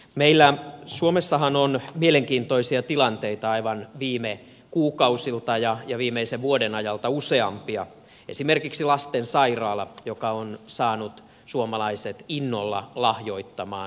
meillä suomessahan on mielenkiintoisia tilanteita aivan viime kuukausilta ja viimeisen vuoden ajalta useampia esimerkiksi lastensairaala joka on saanut suomalaiset innolla lahjoittamaan